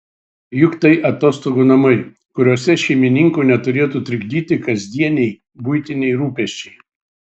juk tai atostogų namai kuriuose šeimininkų neturėtų trikdyti kasdieniai buitiniai rūpesčiai